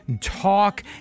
talk